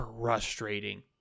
frustrating